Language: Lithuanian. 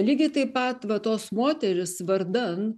lygiai taip pat va tos moterys vardan